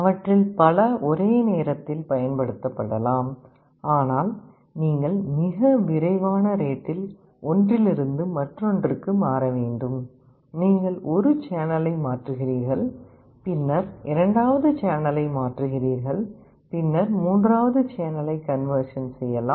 அவற்றில் பல ஒரே நேரத்தில் பயன்படுத்தப்படலாம் ஆனால் நீங்கள் மிக விரைவான ரேட்டில் ஒன்றிலிருந்து மற்றொன்றுக்கு மாற வேண்டும் நீங்கள் ஒரு சேனலை மாற்றுகிறீர்கள் பின்னர் இரண்டாவது சேனலை மாற்றுகிறீர்கள் பின்னர் மூன்றாவது சேனலை கன்வெர்சன் செய்யலாம்